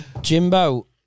Jimbo